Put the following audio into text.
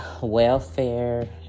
welfare